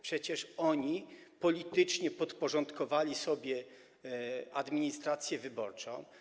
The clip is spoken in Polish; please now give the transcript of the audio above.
Przecież oni politycznie podporządkowali sobie administrację wyborczą.